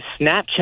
Snapchat